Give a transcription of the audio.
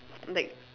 like